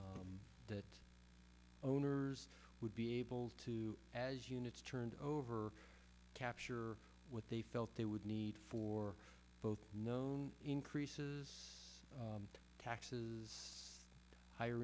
and that owners would be able to as units turned over capture what they felt they would need for both known increases taxes higher